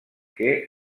que